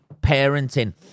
parenting